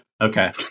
Okay